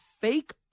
fake